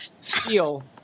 steel